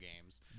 games